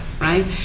right